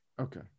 Okay